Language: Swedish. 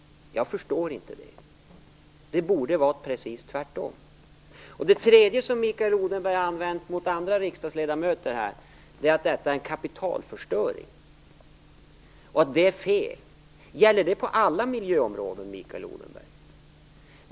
Jag förstår inte det. Det borde vara precis tvärtom. Det tredje som Mikael Odenberg tar upp, och som han också använt mot andra riksdagsledamöter, är att detta är en kapitalförstöring och att det är fel. Gäller det på hela miljöområdet Mikael Odenberg?